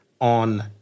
on